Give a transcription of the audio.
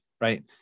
right